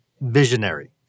visionary